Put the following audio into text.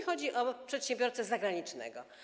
Chodzi mi o przedsiębiorcę zagranicznego.